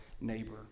neighbor